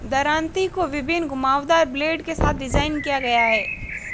दरांती को विभिन्न घुमावदार ब्लेड के साथ डिज़ाइन किया गया है